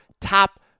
top